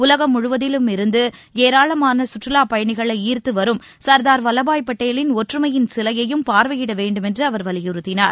உலகம் முழுவதிலும் இருந்து ஏராளமான சுற்றுலா பயணிகளை ஈர்த்து வரும் சர்தார் வல்லபாய் பட்டேலின் ஒற்றுமையின் சிலையையும் பார்வையிட வேண்டுமென்று அவர் வலியுறுத்தினார்